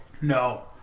No